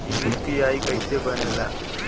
UPI कईसे बनेला?